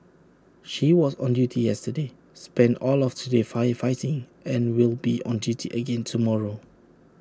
she was on duty yesterday spent all of today firefighting and will be on duty again tomorrow